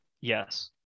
Yes